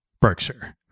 Berkshire